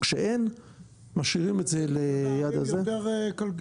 כשאין משאירים את זה ליד ה --- יש ועדים יותר רווחיים.